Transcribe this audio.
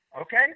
Okay